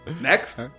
Next